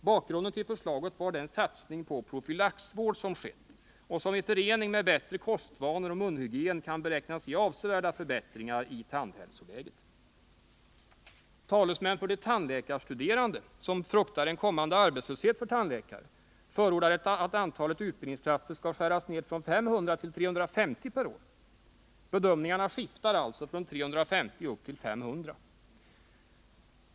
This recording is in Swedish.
Bakgrunden till förslaget var den satsning på profylaxvård som skett och som i förening med bättre kostvanor och bättre munhygien kan beräknas ge avsevärda förbättringar i tandhälsoläget. Talesmän för de tandläkarstuderande, som är mycket rädda för en kommande arbetslöshet för tandläkare, förordar att antalet utbildningsplatser skall skäras ned från 500 till 350 per år. Bedömningarna skiftar alltså från 350 och upp till 500.